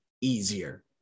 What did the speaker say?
easier